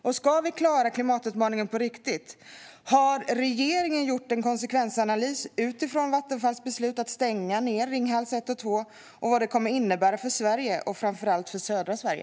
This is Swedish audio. Om vi ska klara klimatutmaningen på riktigt, har regeringen gjort någon konsekvensanalys av vad Vattenfalls beslut att stänga Ringhals 1 och 2 kommer att innebära för Sverige, framför allt för södra Sverige?